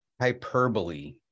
Hyperbole